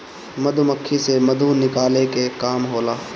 मधुमक्खी से मधु निकाले के काम होला